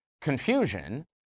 confusion